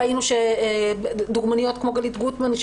ראינו דוגמניות כמו גלית גוטמן,